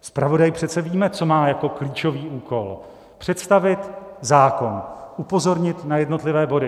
Zpravodaj, přece víme, co má jako klíčový úkol: představit zákon, upozornit na jednotlivé body.